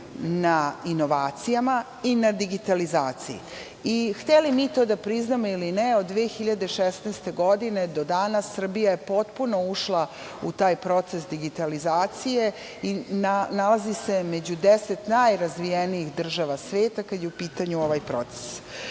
na inovacijama i na digitalizaciji. Hteli mi to da priznamo ili ne od 2016. godine do danas Srbija je potpuno ušla u taj proces digitalizacije i nalazi se među deset najrazvijenijih država sveta, kada je u pitanju ovaj proces. Upravo